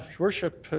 ah worship,